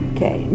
Okay